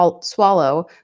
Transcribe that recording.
swallow